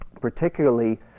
particularly